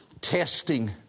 testing